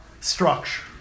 structure